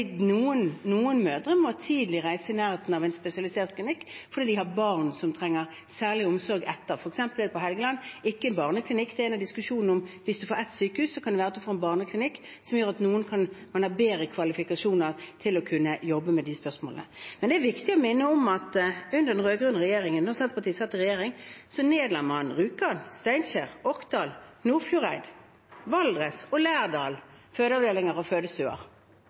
noen mødre tidlig må reise og være i nærheten av en spesialisert klinikk fordi de har barn som trenger særlig omsorg etterpå. For eksempel er det på Helgeland ikke en barneklinikk, og det er en av diskusjonene, at hvis du får ett sykehus, kan det være at man får en barneklinikk, som gjør at noen kan ha bedre kvalifikasjoner til å kunne jobbe med de spørsmålene. Men det er viktig å minne om at under den rød-grønne regjeringen, da Senterpartiet satt i regjering, nedla man fødeavdelinger og fødestuer i Rjukan, Steinkjer, Orkdal, Nordfjordeid, Valdres og Lærdal.